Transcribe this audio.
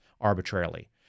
arbitrarily